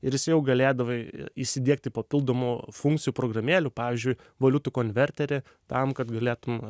ir jis jau galėdavai įsidiegti papildomų funkcijų programėlių pavyzdžiui valiutų konverterį tam kad galėtum